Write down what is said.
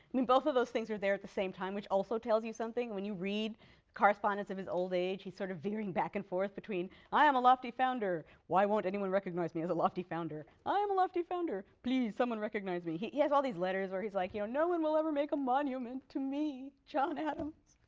both of those things are there at the same time, which also tells you something. when you read the correspondence of his old age, he's sort of veering back and forth between i am a lofty founder. why won't anyone recognize me as a lofty founder? i am a lofty founder. please, someone recognize me. he has all these letters where he's like you know no one will ever make a monument to me, john adams'